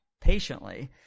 Patiently